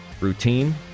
routine